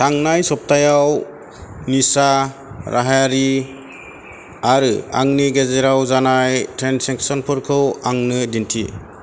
थांनाय सप्तायाव निसा हाख'रारि आरो आंनि गेजेराव जानाय ट्रेन्सेकसनफोरखौ आंनो दिन्थि